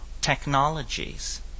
technologies